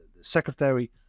secretary